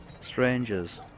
strangers